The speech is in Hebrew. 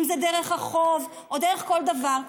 אם זה דרך החוב או דרך כל דבר.